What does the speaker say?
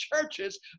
churches